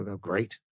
great